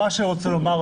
אני רוצה לומר,